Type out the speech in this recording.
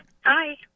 Hi